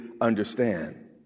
understand